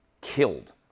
killed